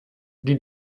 die